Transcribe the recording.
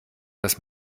das